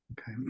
Okay